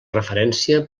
referència